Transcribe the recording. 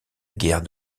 guerre